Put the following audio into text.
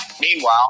Meanwhile